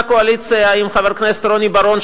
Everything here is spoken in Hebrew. קואליציה עם חבר הכנסת רוני בר-און,